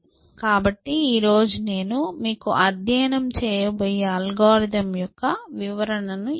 కాబట్టి ఈ రోజు నేను మీకు అధ్యయనం చేయబోయే అల్గోరిథం యొక్క వివరణ ని ఇస్తాను